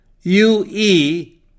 U-E